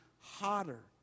hotter